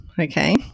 okay